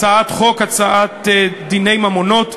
1. הצעת חוק דיני ממונות,